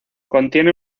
contiene